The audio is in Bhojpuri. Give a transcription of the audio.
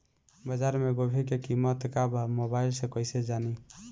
बाजार में गोभी के कीमत का बा मोबाइल से कइसे जानी?